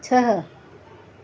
छह